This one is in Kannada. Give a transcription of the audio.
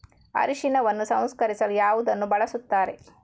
ಅರಿಶಿನವನ್ನು ಸಂಸ್ಕರಿಸಲು ಯಾವುದನ್ನು ಬಳಸುತ್ತಾರೆ?